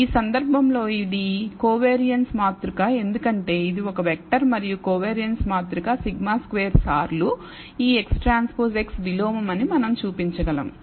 ఈ సందర్భంలో ఇది కోవియారిన్స్ మాతృక ఎందుకంటే ఇది ఒక వెక్టర్ మరియు కోవిరాన్స్ మాతృక σ2 సార్లు ఈ X ట్రైన్స్పోజ X విలోమం అని మనం చూపించగలము